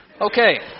Okay